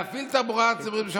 להפעיל תחבורה ציבורית בשבת,